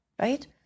right